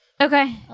Okay